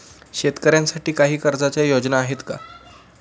शेतकऱ्यांसाठी काही कर्जाच्या योजना आहेत का?